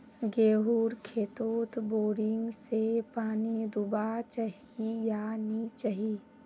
गेँहूर खेतोत बोरिंग से पानी दुबा चही या नी चही?